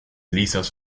lisas